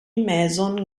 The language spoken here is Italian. mason